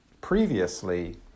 previously